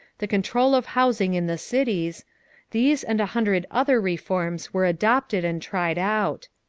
the control of housing in the cities these and a hundred other reforms were adopted and tried out.